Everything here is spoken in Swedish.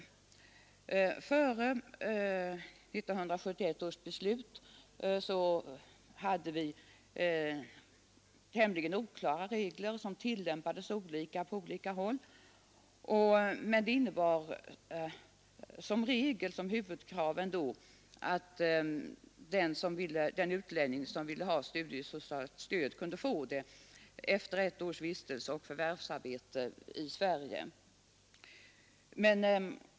Före 1971 års beslut fanns det tämligen oklara regler, som tillämpades olika på olika håll. Huvudkravet var emellertid som regel att den utlänning som ville ha studiesocialt stöd kunde få det efter ett års vistelse och förvärvsarbete i Sverige.